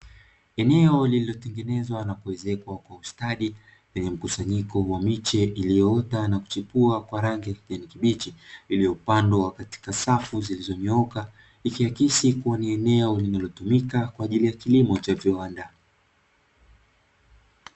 Eneo lililotengenezwa na kuwezekwa kwa ustadi lenye mkusanyiko wa miche iliyoota na kuchipua kwa rangi ya kijani kibichi, iliyopandwa katika safu zilizonyooka ikiakisi kuwa ni eneo linalotumika kwa ajili ya kilimo cha viwanda.